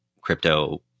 crypto